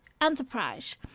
Enterprise